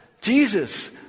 Jesus